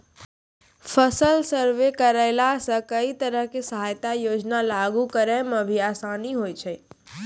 फसल सर्वे करैला सॅ कई तरह के सहायता योजना लागू करै म भी आसानी होय छै